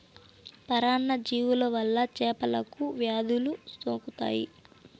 పరాన్న జీవుల వల్ల చేపలకు వ్యాధులు సోకుతాయి